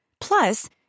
Plus